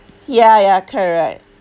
ya ya correct